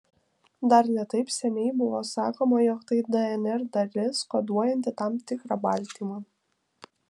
dar ne taip seniai buvo sakoma jog tai dnr dalis koduojanti tam tikrą baltymą